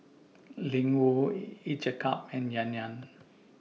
Ling Wu Each A Cup and Yan Yan